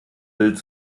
bild